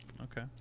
Okay